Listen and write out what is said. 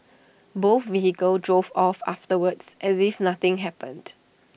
both vehicles drove off afterwards as if nothing happened